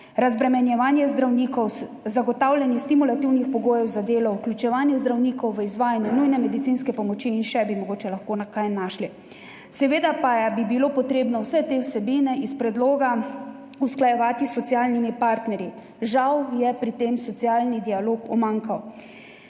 razbremenjevanje zdravnikov, zagotavljanje stimulativnih pogojev za delo, vključevanje zdravnikov v izvajanje nujne medicinske pomoči in še kaj bi mogoče lahko našli. Seveda pa bi bilo treba vse te vsebine iz predloga usklajevati s socialnimi partnerji. Žal je pri tem socialni dialog umanjkal.